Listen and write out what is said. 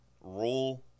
rule